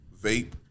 vape